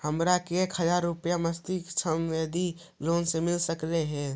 हमरा के एक हजार रुपया के मासिक ऋण यानी लोन मिल सकली हे?